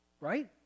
right